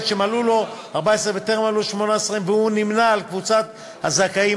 שמלאו לו 14 וטרם מלאו 18 והוא נמנה עם קבוצת הזכאים